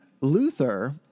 Luther